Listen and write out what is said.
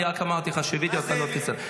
אני רק אמרתי לך שווידאו לא תעשה.